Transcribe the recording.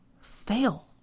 fail